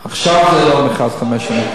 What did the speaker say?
עכשיו זה לא המכרז לחמש שנים.